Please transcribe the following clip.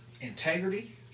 integrity